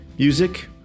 Music